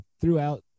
throughout